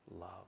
love